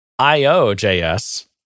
iojs